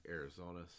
Arizona